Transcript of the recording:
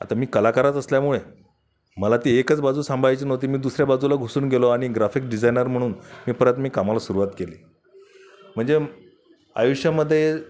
आता मी कलाकारच असल्यामुळे मला ती एकच बाजू सांभाळायची नव्हती मी दुसऱ्या बाजूला घुसून गेलो आणि ग्राफिक डिझायनर म्हणून मी परत मी कामाला सुरुवात केली म्हणजे आयुष्यामध्ये